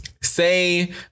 Say